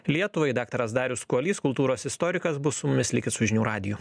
lietuvai daktaras darius kuolys kultūros istorikas bus su mumis likit su žinių radiju